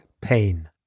pain